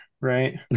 right